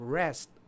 rest